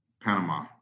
Panama